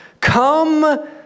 Come